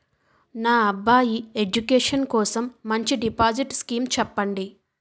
నా అబ్బాయి ఎడ్యుకేషన్ కోసం మంచి డిపాజిట్ స్కీం చెప్పండి